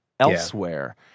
elsewhere